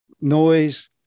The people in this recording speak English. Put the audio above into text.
Noise